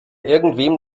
irgendwem